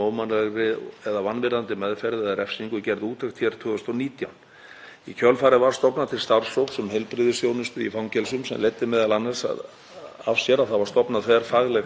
af sér að það var stofnað þverfaglegt geðheilsuteymi til að veita markvissa, samfellda og einstaklingsmiðaða geðheilbrigðisþjónustu við fanga meðan á afplánun stendur.